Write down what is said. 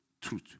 truth